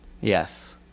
Yes